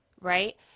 right